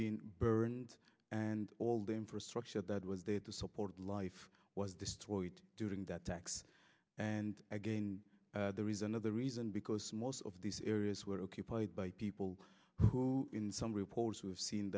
been burned and all the infrastructure that was there to support life was destroyed during that tax and again there is another reason because most of these areas were occupied by people who in some reports we have seen